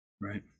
Right